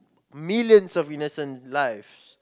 millions of innocent lives